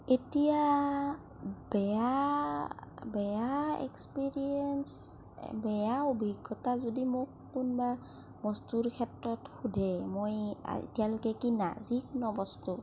এতিয়া বেয়া বেয়া এক্সপিৰিয়েন্স বেয়া অভিজ্ঞতা যদি মোক কোনোবা বস্তুৰ ক্ষেত্ৰত সোধে মই এতিয়ালৈকে কিনা যিকোনো বস্তু